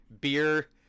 beer